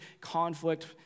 conflict